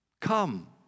Come